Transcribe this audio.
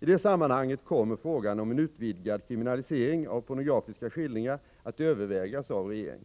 I detta sammanhang kommer frågan om en utvidgad kriminalisering av pornografiska skildringar att övervägas av regeringen.